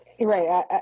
Right